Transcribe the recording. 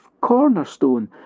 cornerstone